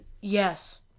Yes